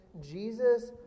Jesus